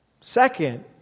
Second